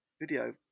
video